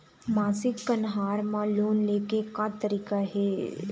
मासिक कन्हार म लोन ले के का तरीका हे?